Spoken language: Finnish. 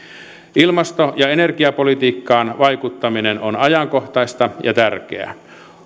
ilmasto ja energiapolitiikkaan vaikuttaminen on ajankohtaista ja tärkeää